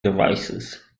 devices